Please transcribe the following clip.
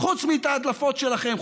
חוץ מאת ההדלפות שלכם,